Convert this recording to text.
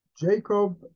Jacob